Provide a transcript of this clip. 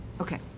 Okay